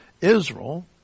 Israel